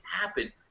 happen